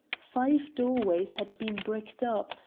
five doorways had been bricked up,